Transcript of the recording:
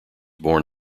born